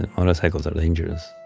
and motorcycles are dangerous